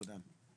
תודה.